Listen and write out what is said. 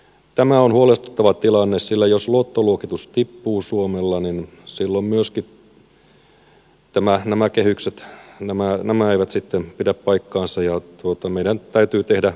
tämä on huolestuttava tilanne sillä jos luottoluokitus tippuu suomella niin silloin myöskään nämä kehykset eivät sitten pidä paikkaansa ja meidän täytyy tehdä uusia leikkauksia